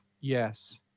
yes